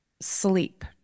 sleep